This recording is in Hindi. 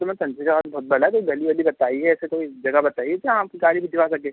तो मैम चन्द्रशेखर वार्ड बहुत बड़ा है कोई गली वली बताइए ऐसी कोई जगह बताइए जहाँ आपकी गाड़ी भिजवा सके